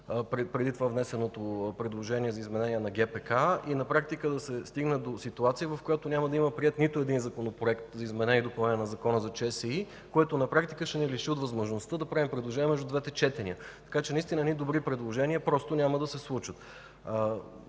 преди това внесеното предложение за изменение на ГПК, и на практика да се стигне до ситуация, в която няма да има приет нито един Законопроект за изменение и допълнение на Закона за частните съдебни изпълнители, което ще ни лиши от възможността да правим предложения между двете четения и наистина едни добри предложения просто няма да се случат.